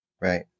Right